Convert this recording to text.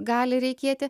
gali reikėti